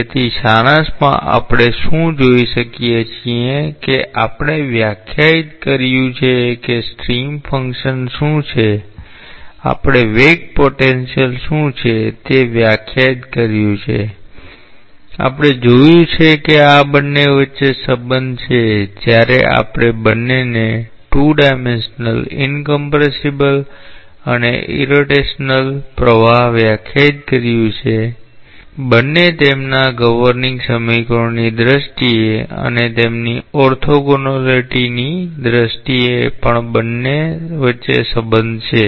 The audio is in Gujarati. તેથી સારાંશમાં આપણે શું જોઈ શકીએ છીએ કે આપણે વ્યાખ્યાયિત કર્યું છે કે સ્ટ્રીમ ફંક્શન શું છે આપણે વેગ પોટેન્શિયલ શું છે તે વ્યાખ્યાયિત કર્યું છે આપણે જોયું છે કે આ બંને વચ્ચે સંબંધ છે જ્યારે આપણે બંનેએ 2 ડાયમેન્સનલ ઇનકોંપ્રેસિબલ અને ઇરરોટેશનલ પ્રવાહ વ્યાખ્યાયિત કર્યું છે બંને તેમના ગવર્નીંગ સમીકરણોની દ્રષ્ટિએ અને તેમની ઓર્થોગોનાલિટીની દ્રષ્ટિએ પણ બંને વચ્ચે સંબંધ છે